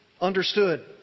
understood